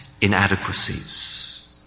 inadequacies